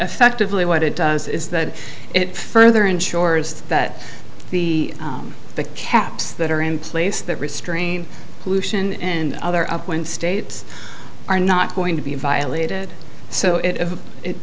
effectively what it does is that it further ensures that the the caps that are in place that restrain pollution and other upwind states are not going to be violated so it